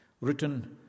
Written